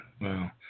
wow